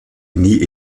nie